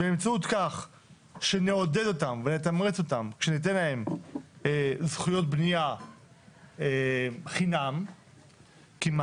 באמצעות כך שנעודד אותם ונתמרץ אותם כשניתן להם זכויות בנייה חינם כמעט,